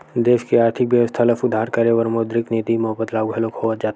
देस के आरथिक बेवस्था ल सुधार करे बर मौद्रिक नीति म बदलाव घलो होवत जाथे